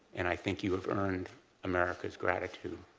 and i think you have earned america's gratitude.